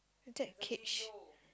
cage